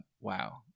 wow